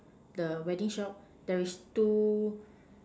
the wedding shop there is two